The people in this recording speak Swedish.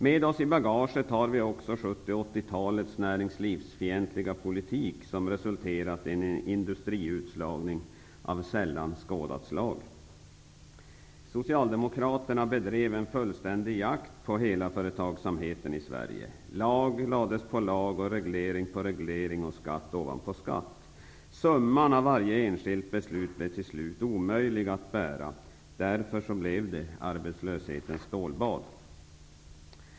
Med oss i bagaget har vi också 70 och 80-talets näringslivsfientliga politik, som resulterat i en industriutslagning av sällan skådat slag. Socialdemokraterna bedrev en fullständig jakt på hela företagsamheten i Sverige. Lag lades på lag, reglering på reglering och skatt ovanpå skatt. Summan av varje enskilt beslut blev till slut omöjlig att bära, och därför blev det ett arbetslöshetens stålbad.